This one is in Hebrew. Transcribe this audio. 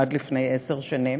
עד לפני עשר שנים,